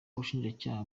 ubushinjacyaha